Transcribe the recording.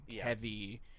heavy